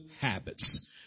habits